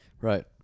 right